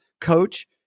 coach